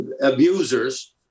abusers